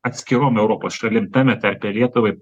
atskirom europos šalim tame tarpe lietuvai